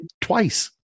twice